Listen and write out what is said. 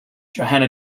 johanna